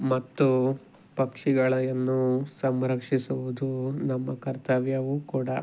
ಮತ್ತು ಪಕ್ಷಿಗಳನ್ನು ಸಂರಕ್ಷಿಸುವುದು ನಮ್ಮ ಕರ್ತವ್ಯವೂ ಕೂಡ